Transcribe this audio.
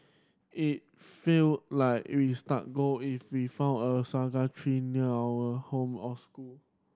it feel like we stuck gold if we found a saga tree near our home or school